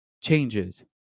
changes